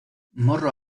morro